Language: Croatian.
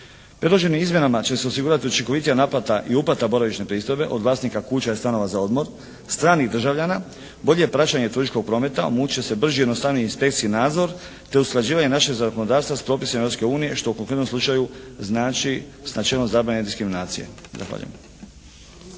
Predloženim izmjenama će se osigurati učinkovitija naplata i uplata boravišne pristojbe od vlasnika kuća i stanova za odmor stranih državljana, bolje praćenje turističkog prometa, omogućit će se brži i jednostavniji inspekciji nadzor te usklađivanje našeg zakonodavstva sa propisima Europske unije što u konkretnom slučaju znači načelo zabrane diskriminacije.